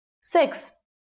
Six